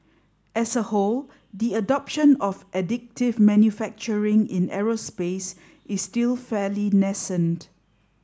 as a whole the adoption of additive manufacturing in aerospace is still fairly nascent